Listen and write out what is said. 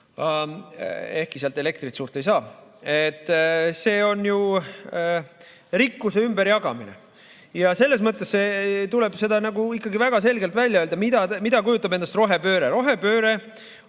Ehkki sealt elektrit suurt ei saa. See on ju rikkuse ümberjagamine. Selles mõttes tuleb seda ikkagi väga selgelt välja öelda, mida kujutab endast rohepööre.